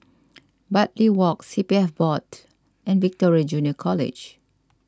Bartley Walk C P F Board and Victoria Junior College